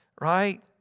right